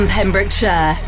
Pembrokeshire